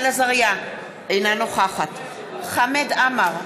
אינה נוכחת חמד עמאר,